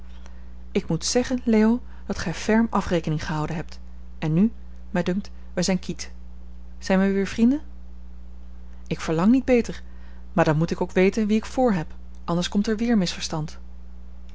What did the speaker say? ik moet zeggen leo dat gij ferm afrekening gehouden hebt en nu mij dunkt wij zijn quitte zijn wij weer vrienden ik verlang niet beter maar dan moet ik ook weten wie ik vr heb anders komt er weer misverstand